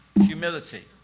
humility